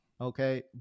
okay